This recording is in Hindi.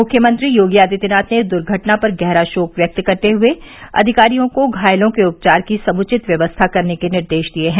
मुख्यमंत्री योगी आदित्यनाथ ने दुर्घटना पर गहरा शोक व्यक्त करते हुए अधिकारियों को घायलों के उपचार की समुचित व्यवस्था करने के निर्देश दिये हैं